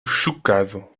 chocado